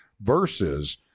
versus